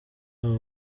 aba